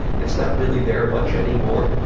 it's not really there much anymore,